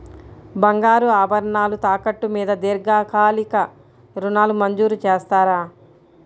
బంగారు ఆభరణాలు తాకట్టు మీద దీర్ఘకాలిక ఋణాలు మంజూరు చేస్తారా?